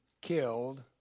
killed